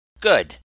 Good